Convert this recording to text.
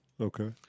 Okay